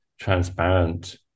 transparent